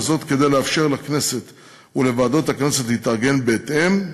וזאת כדי לאפשר לכנסת ולוועדות הכנסת להתארגן בהתאם.